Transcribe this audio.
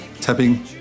tapping